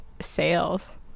sales